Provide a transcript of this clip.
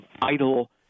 vital